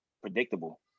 predictable